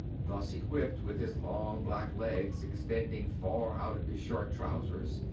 thus equipped, with his long black legs extending far out of his short trousers,